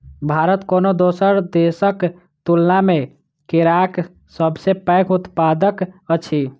भारत कोनो दोसर देसक तुलना मे केराक सबसे पैघ उत्पादक अछि